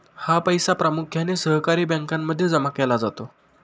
हा पैसा प्रामुख्याने सहकारी बँकांमध्ये जमा केला जातो